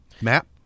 Matt